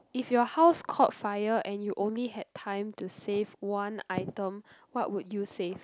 if your house caught fire and you only had time to save one item what would you save